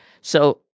So-